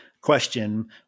question